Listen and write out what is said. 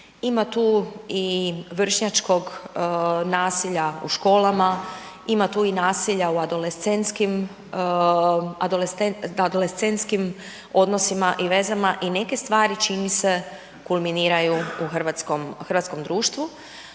ima tu i vršnjačkog nasilja u školama, ima tu i nasilja u adolescentskim odnosima i vezama i neke stvari, čini mi se, kulminiraju u hrvatskom društvu.